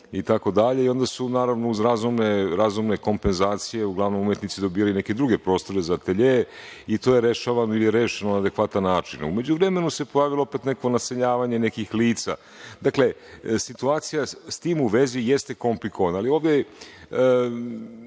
i onda su uz razumne kompenzacije uglavnom umetnici dobijali neke druge prostore za ateljee i to je rešavano ili je rešeno na adekvatan način.U međuvremenu se pojavilo opet neko naseljavanje nekih lica. Dalke, situacija s tim u vezi jeste komplikovana,